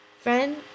Friend